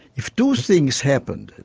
if two things happened,